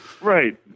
Right